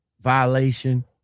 violation